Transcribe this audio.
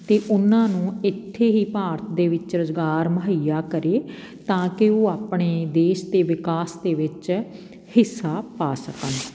ਅਤੇ ਉਨ੍ਹਾਂ ਨੂੰ ਇੱਥੇ ਹੀ ਭਾਰਤ ਦੇ ਵਿੱਚ ਰੁਜ਼ਗਾਰ ਮੁਹੱਈਆ ਕਰੇ ਤਾਂ ਕਿ ਉਹ ਆਪਣੇ ਦੇਸ਼ ਦੇ ਵਿਕਾਸ ਦੇ ਵਿੱਚ ਹਿੱਸਾ ਪਾ ਸਕਣ